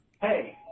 Hey